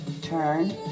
Turn